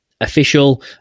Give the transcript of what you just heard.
Official